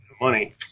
money